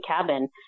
cabin